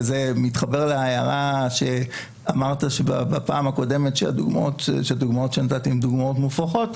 וזה מתחבר להערה שאמרת בפעם הקודמת שהדוגמאות שנתתי הן דוגמאות מופרכות.